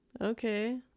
okay